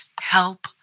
help